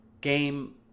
game